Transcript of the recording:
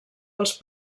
pels